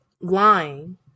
lying